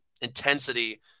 intensity